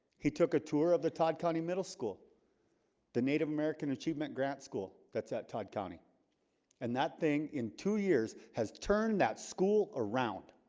he took a tour of the todd county middle school the native american achievement grant school, that's at todd county and that thing in two years has turned that school around